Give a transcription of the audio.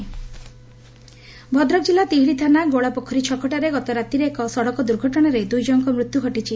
ଦୂର୍ଘଟଣା ଭଦ୍ରକ ଜିଲ୍ଲା ତିହିଡି ଥାନା ଗୋଳାପୋଖରୀ ଛକଠାରେ ଗତ ରାତିରେ ଏକ ସଡ଼କ ଦୁର୍ଘଟଶାରେ ଦୁଇଜଶଙ୍କର ମୃତ୍ୟ ଘଟିଛି